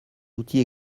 outils